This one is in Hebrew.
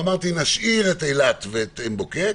אמרתי שנשאיר את אילת ועין בוקק,